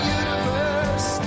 universe